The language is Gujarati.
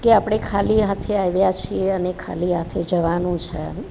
કે આપણે ખાલી હાથે આવ્યા છીએ અને ખાલી હાથે જવાનું છે